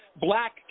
Black